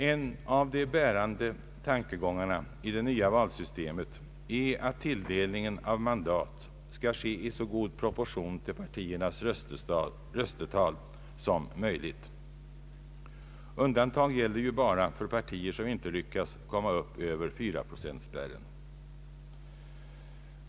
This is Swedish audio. En av de bärande tankegångarna i det nya valsystemet är att tilldelningen av mandat skall ske i så god proportion till partiernas röstetal som möjligt. Undantag gäller ju bara för partier som inte lyckats komma upp över 4-procentsspärren.